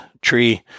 tree